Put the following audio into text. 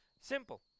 Simple